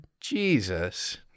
Jesus